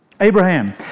Abraham